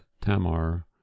Tamar